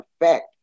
effect